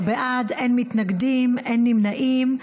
16 בעד, אין מתנגדים, אין נמנעים.